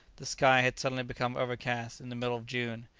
the sky had suddenly become overcast in the middle of june,